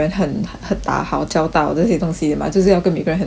打好交道这些东西 mah 就是要跟每个人很好对 orh